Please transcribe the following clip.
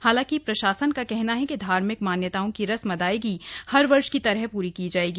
हांलाकि प्रशासन का कहना है कि धार्मिक मान्यताओं की रस्म अदायगी हर वर्ष की तरह पूरी की जायेगी